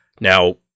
Now